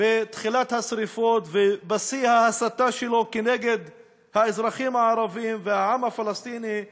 בתחילת השרפות ובשיא ההסתה שלו כנגד האזרחים הערבים והעם הפלסטיני,